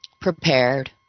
prepared